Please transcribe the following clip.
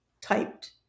typed